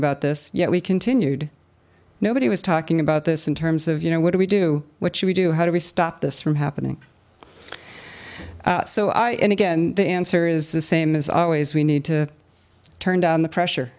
about this yet we continued nobody was talking about this in terms of you know what do we do what should we do how do we stop this from happening so i in again the answer is the same as always we need to turn down the pressure